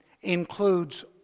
includes